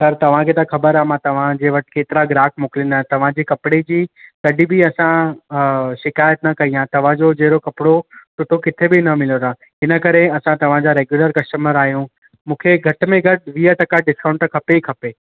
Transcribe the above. sir तव्हांखे ते ख़बर आहे मां तव्हांजे वटि केतिरा ग्राहक मोकिलिंदा तव्हांजे कपिड़े जी कॾीं बि असां शिकायत न कई आहे तव्हांजो जहिड़ो कपिड़ो सुठो किथे बि न मिलंदो आहे इनकरे असां तव्हांजा रेग्युलर कस्टमर आहियूं मूंखे घटि में घटि वीह टका डिस्काउंट त खपे ई खपे